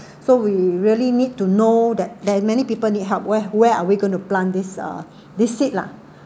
so we really need to know that there are many people need help where where are we going to plant this uh the seed lah